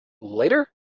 later